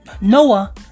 Noah